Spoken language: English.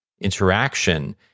interaction